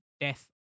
death